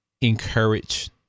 encourage